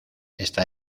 esta